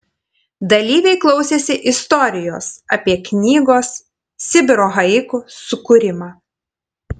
dalyviai klausėsi istorijos apie knygos sibiro haiku sukūrimą